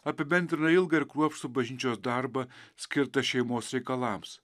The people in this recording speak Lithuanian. apibendrina ilgą ir kruopštų bažnyčios darbą skirtą šeimos reikalams